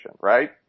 right